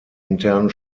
internen